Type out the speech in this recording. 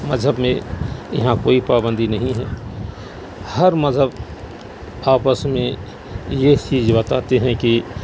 مذہب میں یہاں کوئی پابندی نہیں ہے ہر مذہب آپس میں یہ چیز بتاتے ہیں کہ